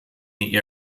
the